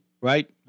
Right